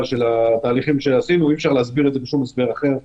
ברורים, מבוססים על נתונים